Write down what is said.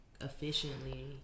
efficiently